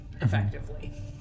effectively